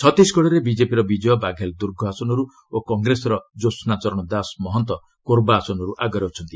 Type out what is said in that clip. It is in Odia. ଛତିଶଗଡ଼ରେ ବିଜେପିର ବିଜୟ ବାଘେଲ ଦୂର୍ଗ ଆସନରୁ ଓ କଂଗ୍ରେସର ଜ୍ୟୋହ୍ନା ଚରଣଦାସ ମହନ୍ତ କୋରବା ଆସନର୍ ଆଗରେ ଅଛନ୍ତି